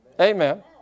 Amen